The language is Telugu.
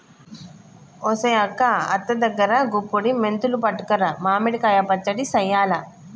ఒసెయ్ అక్క అత్త దగ్గరా గుప్పుడి మెంతులు పట్టుకురా మామిడి కాయ పచ్చడి సెయ్యాల